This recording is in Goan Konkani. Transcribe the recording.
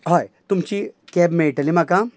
हय तुमची कॅब मेयटली म्हाका